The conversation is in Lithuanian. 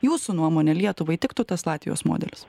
jūsų nuomone lietuvai tiktų tas latvijos modelis